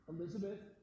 Elizabeth